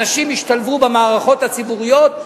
הנשים השתלבו במערכות הציבוריות,